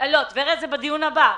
טבריה זה בדיון הבא.